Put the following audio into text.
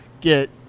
get